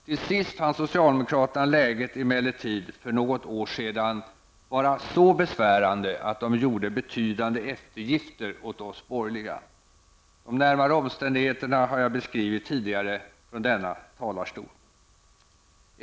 Till sist fann socialdemokraterna läget emellertid för något år sedan vara så besvärande att de gjorde betydande eftergifter åt oss borgerliga. De närmare omständigheterna har jag beskrivit tidigare från denna talarstol.